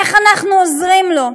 איך אנחנו עוזרים לו,